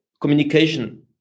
communication